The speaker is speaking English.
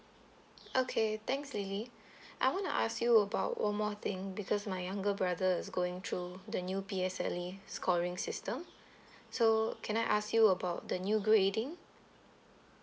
okay thanks lily I wanna ask you about one more thing because my younger brother is going through the new P_S_L_E scoring system so can I ask you about the new grade rating